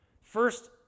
First